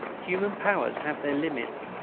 human powers have their limits.